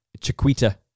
Chiquita